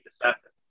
deceptive